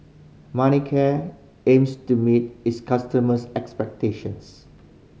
manicare aims to meet its customers' expectations